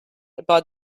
about